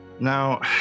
Now